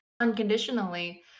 unconditionally